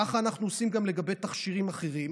ככה אנחנו עושים גם לגבי תכשירים אחרים.